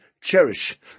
cherish